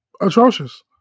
atrocious